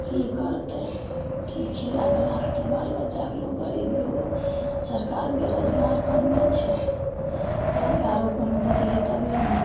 तऽ कि करतै कि खिलैके राखतै बालबच्चाकेँ लोक गरीब लोक सरकार बेरोजगार करने छै रोजगारो कोनो देतिए तभिए ने